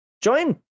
Join